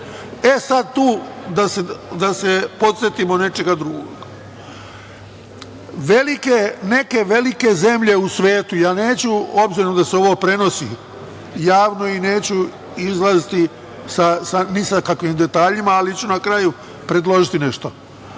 tu da se podsetimo nečega drugog. Neke velike zemlje u svetu, ja neću, obzirom da se ovo prenosi javno, neću izlaziti ni sa kakvim detaljima, ali ću na kraju predložiti nešto. Neke